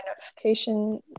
notification